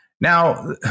Now